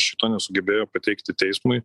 šito nesugebėjo pateikti teismui